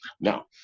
Now